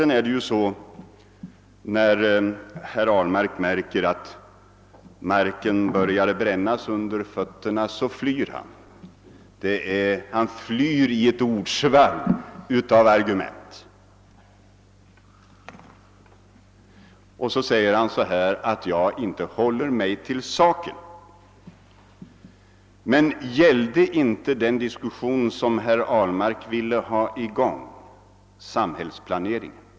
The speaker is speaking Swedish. När herr Ahlmark märker att marken börjar bränna under fötterna flyr han in i ett ordsvall och påstår att jag inte håller mig till saken. Men gällde det inte den diskussion, som herr Ahlmark ville ha i gång, samhällsplaneringen?